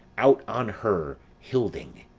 out on her, hilding!